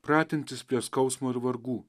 pratintis prie skausmo ir vargų